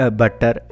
butter